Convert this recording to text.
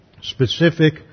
specific